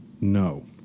No